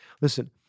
Listen